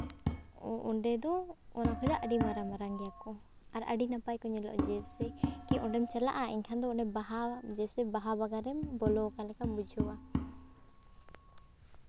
ᱚᱸᱰᱮ ᱫᱚ ᱚᱱᱟ ᱠᱷᱚᱡᱟᱜ ᱟᱹᱰᱤ ᱢᱟᱨᱟᱝ ᱢᱟᱨᱟᱝ ᱜᱮᱭᱟ ᱠᱚ ᱟᱨ ᱟᱹᱰᱤ ᱱᱟᱯᱟᱭ ᱠᱚ ᱧᱮᱞᱚᱜᱼᱟ ᱡᱮᱥᱮ ᱠᱤ ᱚᱸᱰᱮᱢ ᱪᱟᱞᱟᱜᱼᱟ ᱮᱱᱠᱷᱟᱱ ᱫᱚ ᱵᱟᱦᱟ ᱡᱮᱥᱮ ᱵᱟᱦᱟ ᱵᱟᱜᱟᱱ ᱨᱮᱢ ᱵᱚᱞᱚ ᱟᱠᱟᱱ ᱞᱮᱠᱟᱢ ᱵᱩᱡᱷᱟᱹᱣᱟ